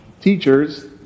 teachers